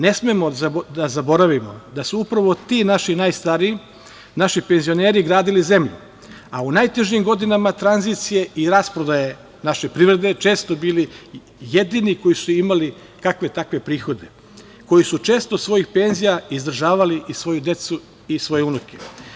Ne smemo da zaboravimo da su upravo ti naši najstariji, naši penzioneri gradili zemlju, a u najtežim godinama tranzicije i rasprodaje naše privrede često bili jedini koji su imali kakve takve prihode koji su često od svojih penzija izdržavali svoju decu i svoje unuke.